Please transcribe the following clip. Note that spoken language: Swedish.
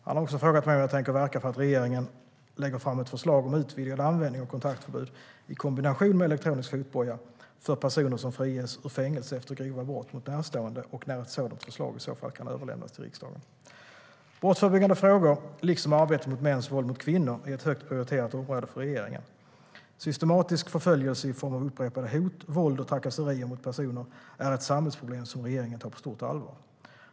Han har också frågat mig om jag tänker verka för att regeringen lägger fram ett förslag om utvidgad användning av kontaktförbud i kombination med elektronisk fotboja för personer som friges ur fängelse efter grova brott mot närstående och när ett sådant förslag i så fall kan överlämnas till riksdagen. Brottsförebyggande frågor, liksom arbetet mot mäns våld mot kvinnor, är ett högt prioriterat område för regeringen. Systematisk förföljelse i form av upprepade hot, våld och trakasserier mot personer är ett samhällsproblem som regeringen tar på stort allvar.